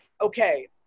okay